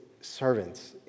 servants